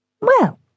Well